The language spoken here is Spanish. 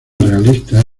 realista